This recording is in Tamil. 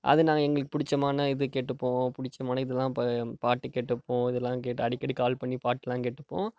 அது நான் எங்களுக்கு பிடிச்சமான இது கேட்டுப்போம் பிடிச்சமான இதெலாம் பாட்டு கேட்டுப்போம் இதெலாம் கேட்டு அடிக்கடி கால் பண்ணி பாட்டெலாம் கேட்டுப்போம்